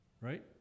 Right